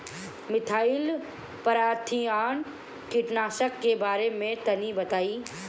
Methyl parathion कीटनाशक के बारे में तनि बताई?